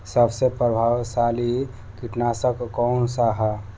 सबसे प्रभावशाली कीटनाशक कउन सा ह?